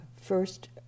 first